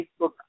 Facebook